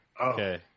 Okay